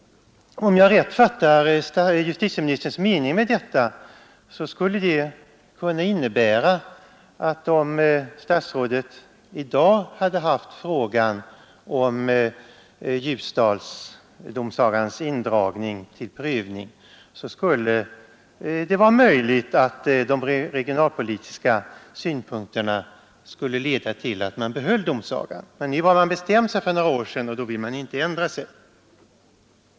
Om jag rätt fattade justitieministerns mening med detta skulle det kunna innebära att om statsrådet i dag hade haft frågan om Ljusdalsdomsagans indragning till prövning så vore det möjligt att de regionalpolitiska synpunkterna skulle leda till att man behöll domsagan. Men nu har man bestämt sig för några år sedan och vill inte ändra sig.